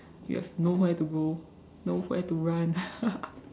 you have nowhere to go nowhere to run